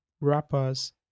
rappers